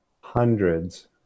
hundreds